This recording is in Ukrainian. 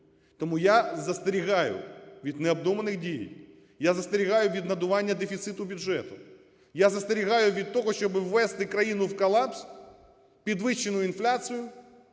Тому я застерігаю від необдуманих дій. Я застерігаю від надування дефіциту бюджету. Я застерігаю від того, щоби ввести країну в колапс, підвищену інфляцію,